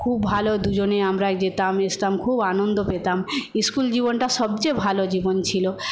খুব ভালো দুজনেই আমরা যেতাম এসতাম খুব আনন্দ পেতাম স্কুল জীবনটা সবচেয়ে ভালো জীবন ছিল